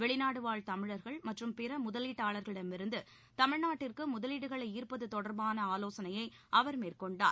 வெளிநாடுவாழ் தமிழர்கள் மற்றும் பிற முதலீட்டாளர்களிடமிருந்து தமிழ்நாட்டிற்கு முதலீடுகளை ஈர்ப்பது தொடர்பான ஆலோசனை அவர் மேற்கொண்டார்